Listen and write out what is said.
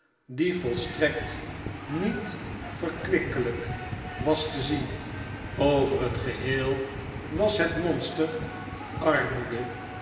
die volstrekt niet verkwikkelyk was te zien over het geheel was het monster arnooede